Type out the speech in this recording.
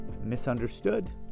misunderstood